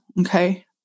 Okay